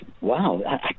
wow